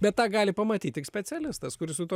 bet tą gali pamatyt tik specialistas kuris su tuo